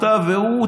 אתה והוא,